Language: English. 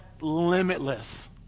limitless